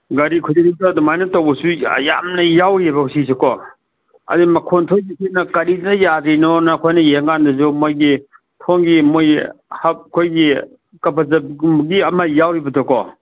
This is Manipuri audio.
ꯒꯥꯔꯤ ꯈꯨꯗꯤꯡꯃꯛꯇ ꯑꯗꯨꯃꯥꯏꯅ ꯇꯧꯕꯁꯨ ꯌꯥꯝꯅ ꯌꯥꯎꯔꯤꯕ ꯍꯧꯖꯤꯛꯁꯦꯀꯣ ꯑꯗꯒꯤ ꯃꯈꯣꯟ ꯊꯣꯛꯂꯤꯁꯤꯅ ꯀꯔꯤꯗ ꯌꯥꯗ꯭ꯔꯤꯅꯣꯅ ꯑꯩꯈꯣꯏꯅ ꯌꯦꯡꯂ ꯀꯥꯟꯗꯁꯨ ꯃꯣꯏꯒꯤ ꯊꯣꯡꯒꯤ ꯃꯣꯏꯒꯤ ꯑꯩꯈꯣꯏꯒꯤ ꯀꯕꯖꯒꯨꯝꯕꯒꯤ ꯑꯃ ꯌꯥꯎꯔꯤꯕꯗꯣꯀꯣ